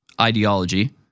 ideology